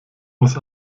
muss